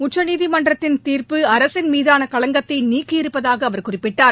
உச்சநீதிமன்றத்தின் தீர்ப்பு அரசின் மீதான களங்கத்தை நீக்கியிருப்பதாக அவர் குறிப்பிட்டார்